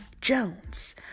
Jones